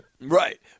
Right